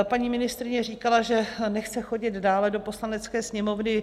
Paní ministryně říkala, že nechce chodit dále do Poslanecké sněmovny.